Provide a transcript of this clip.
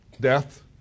Death